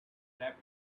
slept